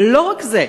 ולא רק זה,